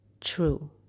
true